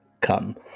come